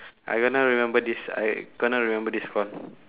I gonna remember this I gonna remember this con~